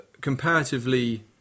comparatively